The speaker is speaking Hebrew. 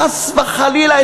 חס וחלילה,